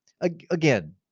again